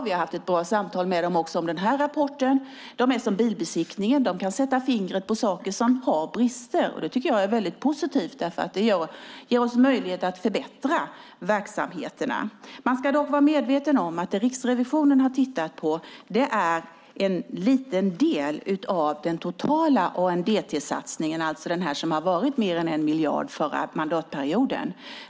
Vi har haft ett bra samtal med dem om rapporten. De är som Bilbesiktningen. De kan sätta fingret på sådant som har brister, vilket jag tycker är mycket positivt eftersom det ger oss möjligheter att förbättra verksamheterna. Man ska dock vara medveten om att Riksrevisionen bara tittat på en liten del av den totala ANDT-satsningen, alltså den som var på mer än 1 miljard förra mandatperioden.